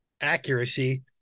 accuracy